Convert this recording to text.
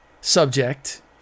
subject